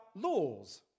laws